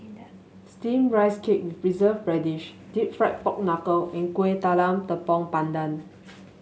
steamed Rice Cake with Preserved Radish deep fried Pork Knuckle and Kuih Talam Tepong Pandan